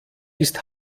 ist